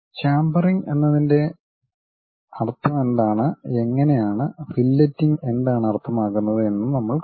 chamfering എന്നതിന്റെ അർത്ഥമെന്താണ് എങ്ങനെ ആണ് ഫില്ലട്ടിംഗ് എന്താണ് അർത്ഥമാക്കുന്നത് എന്നും നമ്മൾ കണ്ടു